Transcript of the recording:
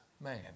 man